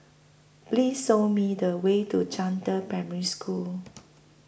Please Show Me The Way to Zhangde Primary School